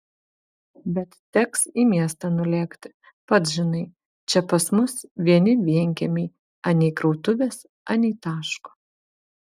bet teks į miestą nulėkti pats žinai čia pas mus vieni vienkiemiai anei krautuvės anei taško